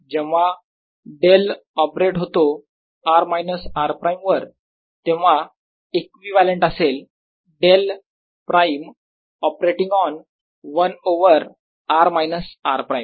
जेव्हा del operate होतो r minus r prime वर तेव्हा इक्विव्हॅलेंट असेल डेल प्राईम ऑपरेटिंग ऑन 1ओवर r मायनस r प्राईम